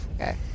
Okay